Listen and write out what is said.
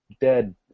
dead